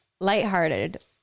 lighthearted